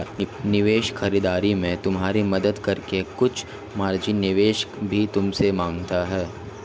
निवेश खरीदारी में तुम्हारी मदद करके कुछ मार्जिन निवेशक भी तुमसे माँगता है